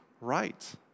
right